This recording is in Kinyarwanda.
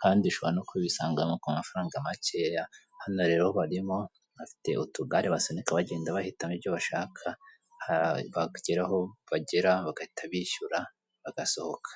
kandi ushobora no kubisangamo ku mafaranga makeya, hano rero barimo, bafite utugare basunika bagenda bahitamo ibyo bashaka, bagera aho bagera, bagahita bishyura, bagasohoka.